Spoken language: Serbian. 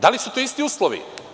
Da li su to isti uslovi?